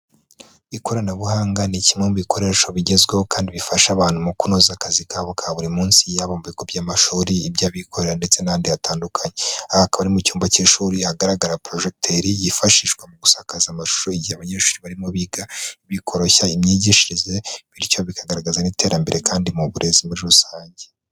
Ikoranabuhanga ni kimwe mu bikoresho bigezweho kandi bifasha abantu mu kunoza akazi kabo ka buri munsi yaba mu mu bigo by'amashuri iby'abikorera ndetse nahandi hatandukanye aha akaba ari mu cyumba cy'ishuri ahagaragara porojegiteri yifashishwa mu gusakaza amashusho igihe abanyeshuri barimo biga bikoroshya imyigishirize bityo bikagaragaza n'iterambere kandi mu burezi muri rusange.